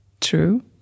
true